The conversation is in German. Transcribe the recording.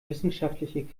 wissenschaftliche